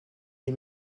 les